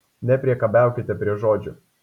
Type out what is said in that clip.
nepriekabiaukite prie žodžių